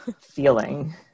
feeling